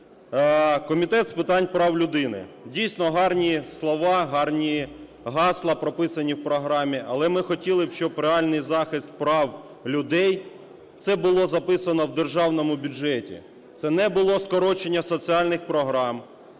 Комітет з питань прав людини. Дійсно, гарні слова, гарні гасла прописані в програмі, але ми хотіли б, щоб реальний захист прав людей це було записано в державному бюджеті. Це не було скорочення соціальних програм,